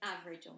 average